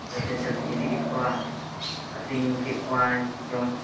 ᱫᱩᱴᱟ ᱛᱤᱱᱴᱟ ᱥᱮᱫ ᱛᱤᱧ ᱤᱫᱤ ᱠᱮᱫ ᱠᱚᱣᱟ ᱟᱹᱛᱤᱧ ᱠᱮᱫ ᱠᱚᱣᱟᱹᱧ